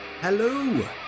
Hello